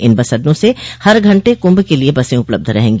इन bus अड्डों से हर घण्टे कुंभ के लिए बसें उपलब्ध रहेंगी